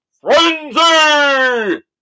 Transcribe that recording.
Frenzy